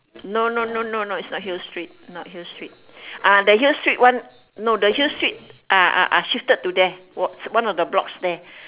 no no no no no it's not hill street not hill street ah the hill street one no the hill street ah ah ah shifted to there was one of the blocks there